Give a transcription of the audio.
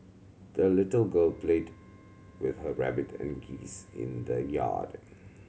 the little girl played with her rabbit and geese in the yard